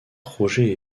roger